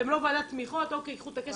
אתם לא ועדת תמיכות, אוקי, קחו את הכסף, תפעלו.